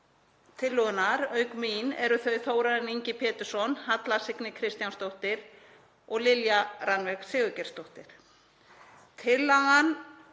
tillögunnar auk mín eru þau Þórarinn Ingi Pétursson, Halla Signý Kristjánsdóttir og Lilja Rannveig Sigurgeirsdóttir.